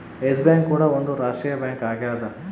S Bank ಕೂಡ ಒಂದ್ ರಾಷ್ಟ್ರೀಯ ಬ್ಯಾಂಕ್ ಆಗ್ಯದ